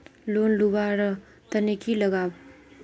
Loan लुवा र तने की लगाव?